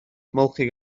ymolchi